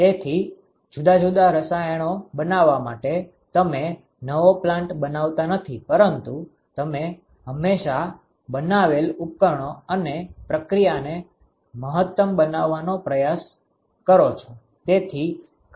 તેથી જુદા જુદા રસાયણો બનાવવા માટે તમે નવો પ્લાન્ટ બનાવતા નથી પરંતુ તમે હંમેશાં બનાવેલ ઉપકરણો અને પ્રક્રિયાને મહત્તમ બનાવવાનો પ્રયાસ કરો છો